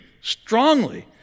strongly